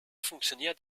funktioniert